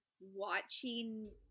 watching